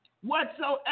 Whatsoever